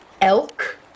elk